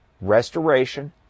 restoration